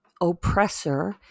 oppressor